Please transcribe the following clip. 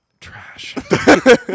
Trash